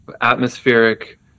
atmospheric